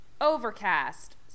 Overcast